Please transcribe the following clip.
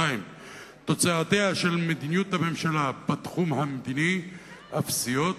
2. תוצאותיה של מדיניות הממשלה בתחום המדיני אפסיות,